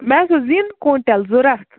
مےٚ حظ اوس زِنۍ کۄنٛٹَل ضروٗرت